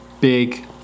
big